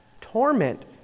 torment